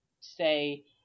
say